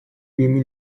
wiemy